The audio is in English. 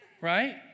Right